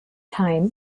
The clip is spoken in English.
time